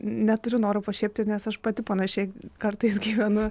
neturiu noro pašiepti nes aš pati panašiai kartais gyvenu